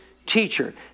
teacher